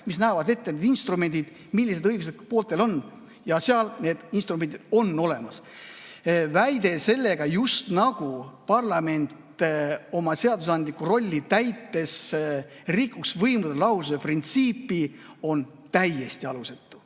mis näevad ette need instrumendid, mis õiguslikult pooltel on, ja seal need instrumendid on olemas. Väide, justnagu parlament oma seadusandlikku rolli täites rikuks võimude lahususe printsiipi, on täiesti alusetu.